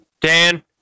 Dan